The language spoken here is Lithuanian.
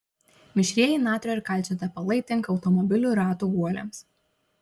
mišrieji natrio ir kalcio tepalai tinka automobilių ratų guoliams